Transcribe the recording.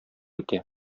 итә